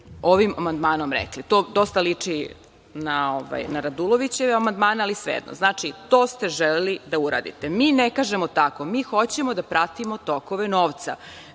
ovim amandmanom rekli. To dosta liči na Radulovićeve amandmane, ali, svejedno. Znači, to ste želeli da uradite. Mi ne kažemo tako. Mi hoćemo da pratimo tokove novca,